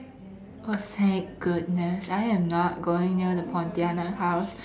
oh thank goodness I am not going near the pontianak house